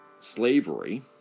slavery